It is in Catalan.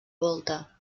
volta